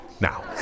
now